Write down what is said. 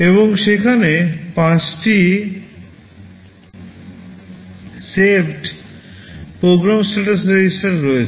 এবং সেখানে 5 টি সেভড প্রোগ্রাম স্ট্যাটাস REGISTER রয়েছে